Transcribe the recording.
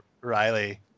Riley